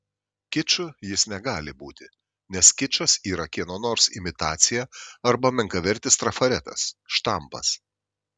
kiču jis negali būti nes kičas yra kieno nors imitacija arba menkavertis trafaretas štampas